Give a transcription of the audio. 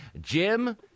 Jim